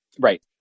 Right